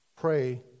pray